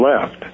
left